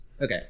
Okay